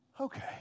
okay